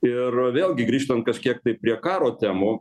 ir vėlgi grįžtant kažkiek tai prie karo temų